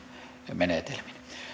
menetelmin